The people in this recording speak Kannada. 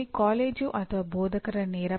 ಈಗ ನಾನು ಸಿವಿಲ್ ಎಂಜಿನಿಯರ್ ಅನ್ನು ನೋಡೋಣ